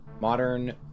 Modern